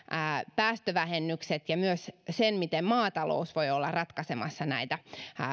päästövähennykset ja myös sen miten maatalous voi olla ratkaisemassa näitä